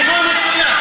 מינוי מצוין.